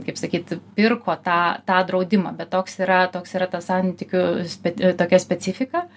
kaip sakyt pirko tą tą draudimą bet toks yra toks yra tas santykių sped tokia specifika